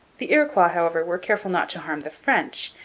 the iroquois, however, were careful not to harm the french,